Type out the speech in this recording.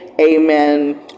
Amen